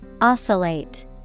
Oscillate